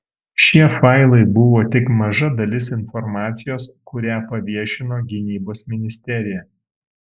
šie failai buvo tik maža dalis informacijos kurią paviešino gynybos ministerija